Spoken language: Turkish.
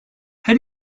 her